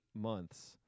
months